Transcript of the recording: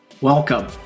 Welcome